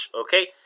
okay